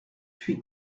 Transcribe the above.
puis